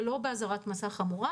ולא באזהרת מסע חמורה.